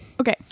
Okay